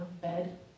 bed